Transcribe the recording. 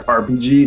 rpg